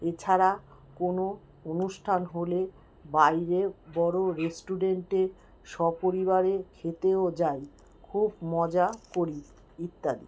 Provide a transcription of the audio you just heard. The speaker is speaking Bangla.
এছাড়া কোনও অনুষ্ঠান হলে বাইরে বড়ো রেস্টুরেন্টে সপরিবারে খেতেও যাই খুব মজা করি ইত্যাদি